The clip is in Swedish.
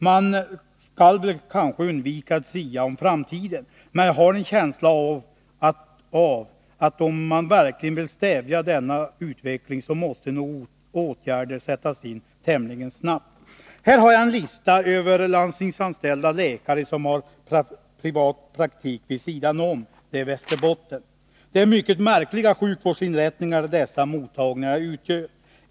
Man skall kanske undvika att sia om framtiden, men jag har en känsla av att om man verkligen vill stävja denna utveckling så måste åtgärder sättas in tämligen snabbt. Här har jag en lista över landstingsanställda läkare i Västerbotten som har privatpraktik vid sidan om. Det är mycket märkliga sjukvårdsinrättningar dessa mottagningar utgör.